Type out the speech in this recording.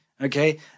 Okay